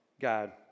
God